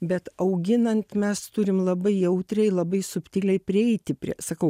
bet auginant mes turim labai jautriai labai subtiliai prieiti prie sakau